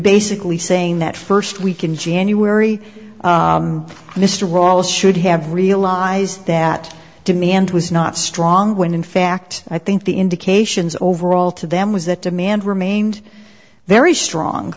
basically saying that first week in january mr wallace should have realized that to me and was not strong when in fact i think the indications overall to them was that demand remained there is strong